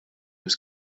was